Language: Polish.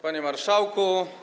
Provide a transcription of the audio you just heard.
Panie Marszałku!